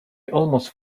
almost